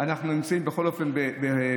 אנחנו נמצאים בכל אופן בחנוכה.